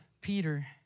Peter